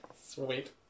Sweet